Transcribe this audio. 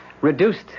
Reduced